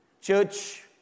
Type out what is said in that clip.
Church